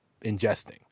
ingesting